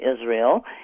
Israel